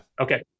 Okay